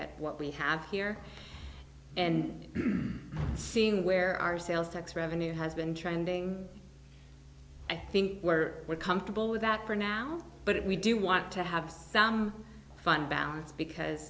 at what we have here and seeing where our sales tax revenue has been trending i think we're we're comfortable with that for now but if we do want to have some fun balance because